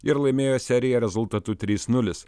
ir laimėjo seriją rezultatu trys nulis